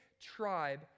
tribe